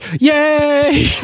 Yay